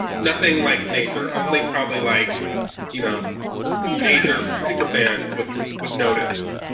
nothing like major, only probably like you know major super-fans would would notice.